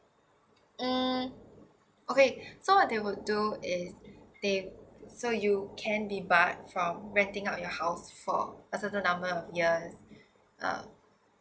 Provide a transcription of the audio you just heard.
mm okay so they will do is they so you can be bar from renting out your house for a certain number of years uh